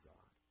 God